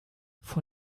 vor